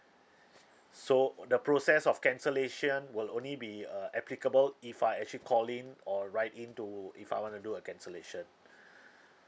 so the process of cancellation will only be uh applicable if I actually call in or write in to if I want to do a cancellation